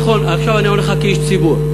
עכשיו אני עונה לך כאיש ציבור.